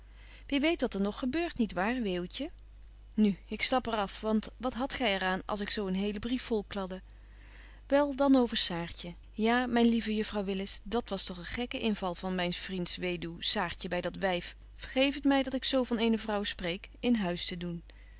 wie weet wat er nog beurt niet waar weeuwtje nu ik stap er af want wat hadt gy er aan of ik zo een helen brief volkladde wel dan over saartje ja myn lieve juffrouw willis dat was toch een gekke inval van myns vriends weduw saartje by dat wyf vergeef het my dat ik zo van eene vrouw spreek in huis te doen